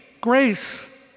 grace